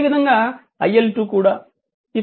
అదేవిధంగా IL2 కూడా